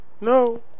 No